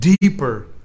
deeper